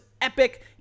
Epic